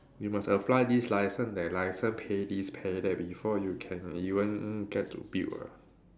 you must apply this licence that licence pay this pay that before you can even get to build ah